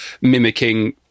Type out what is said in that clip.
mimicking